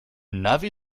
navi